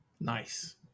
Nice